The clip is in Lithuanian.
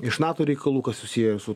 iš nato reikalų kas susiję su